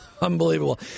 Unbelievable